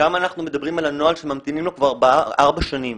שם אנחנו מדברים על הנוהל שממתינים לו ארבע שנים,